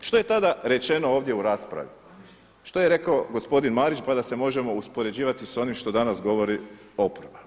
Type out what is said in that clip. Što je tada rečeno ovdje u raspravi, što je rekao gospodin Marić pa da se možemo uspoređivati s onim što danas govori oporba?